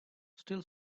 still